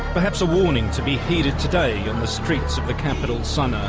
perhaps a warning to be heeded today on the streets of the capital, sana'a,